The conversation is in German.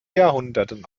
jahrhunderten